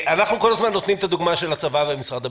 אנחנו כל הזמן נותנים את הדוגמה של הצבא ומשרד הביטחון,